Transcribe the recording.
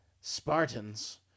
Spartans